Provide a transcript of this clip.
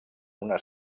una